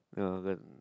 ya